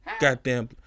goddamn